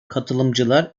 katılımcılar